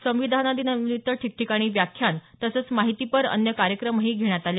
संविधानदिनानिमित्त ठिकठिकाणी व्याख्यान तसंच माहितीपर अन्य कार्यक्रमही घेण्यात आले